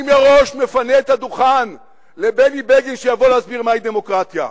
אני מראש מפנה את הדוכן לבני בגין שיבוא להסביר מהי דמוקרטיה.